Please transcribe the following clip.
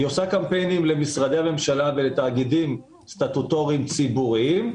היא עושה קמפיינים למשרדי הממשלה ולתאגידים סטטוטוריים ציבוריים.